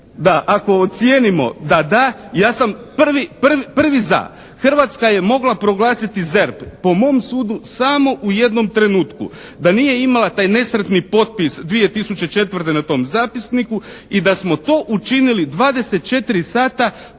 ako ocijenimo da da ja sam prvi, prvi za. Hrvatska je mogla proglasiti ZERP po mom sudu samo u jednom trenutku. Da nije imala taj nesretni potpis 2004. na tom zapisniku i da smo to učinili 24 sata